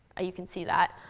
you can see that.